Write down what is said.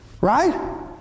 Right